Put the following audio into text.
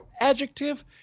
adjective